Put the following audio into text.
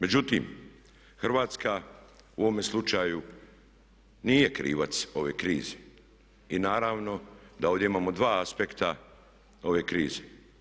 Međutim, Hrvatska u ovome slučaju nije krivac ove krize i naravno da ovdje imamo dva aspekta ove krize.